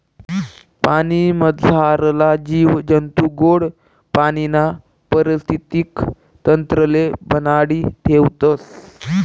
पाणीमझारला जीव जंतू गोड पाणीना परिस्थितीक तंत्रले बनाडी ठेवतस